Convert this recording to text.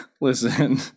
listen